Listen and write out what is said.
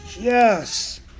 Yes